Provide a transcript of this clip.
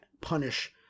punish